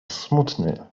smutny